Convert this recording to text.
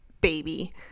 baby